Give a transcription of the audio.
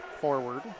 forward